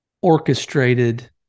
orchestrated